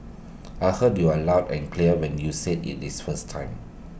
I heard you aloud and clear when you said IT in this first time